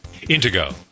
Intego